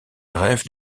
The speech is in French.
rêve